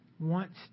wants